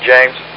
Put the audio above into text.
James